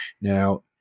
now